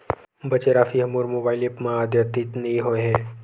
बचे राशि हा मोर मोबाइल ऐप मा आद्यतित नै होए हे